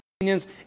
opinions